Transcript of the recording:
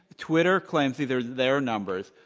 twitter claims either, their numbers,